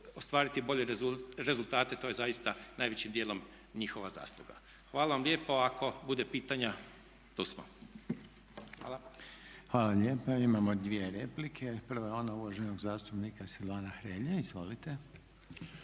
ostvariti bolje rezultate to je zaista najvećim djelom njihova zasluga. Hvala vam lijepo. Ako bude pitanja tu smo. Hvala. **Reiner, Željko (HDZ)** Hvala vam lijepa. Imamo dvije replike. Prva je ona uvaženog zastupnika Silvana Hrelje. Izvolite.